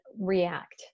react